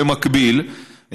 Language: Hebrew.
במקביל,